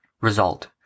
Result